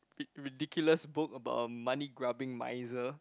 ri~ ridiculous book about a money grubbing miser